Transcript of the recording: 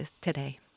today